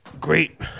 great